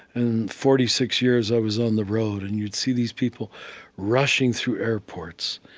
in forty six years, i was on the road, and you'd see these people rushing through airports,